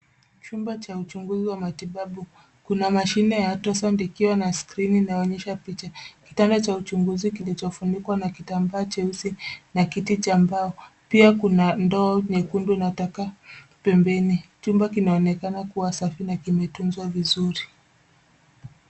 Chumba cha uchunguzi wa matibabu. Kuna mashine ya ultrasound ikiwa na skrini inayoonyesha picha. Kitanda cha uchunguzi kilichofunikwa na kitambaa jeusi na kiti cha mbao pia kuna ndoo nyekundu ya taka pembeni. Chumba kinaonekana kuwa safi na kimetunzwa vizuri.